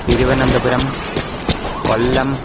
Thiruvananthapuram Kollam